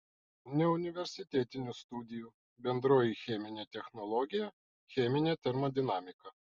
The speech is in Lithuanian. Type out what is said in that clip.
neuniversitetinių studijų bendroji cheminė technologija cheminė termodinamika